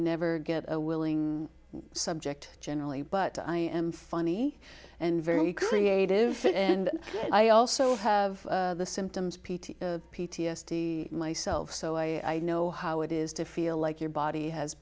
never get a willing subject generally but i am funny and very creative and i also have the symptoms of p t s d myself so i know how it is to feel like your body has